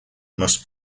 must